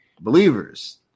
believers